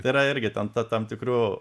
tai yra irgi ten ta tam tikru